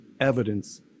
evidence